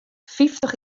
fyftich